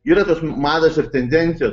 yra tos mados ir tendencijos